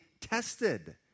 tested